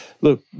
look